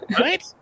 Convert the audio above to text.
Right